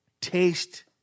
taste